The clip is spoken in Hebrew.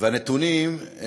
והנתונים,